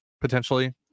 potentially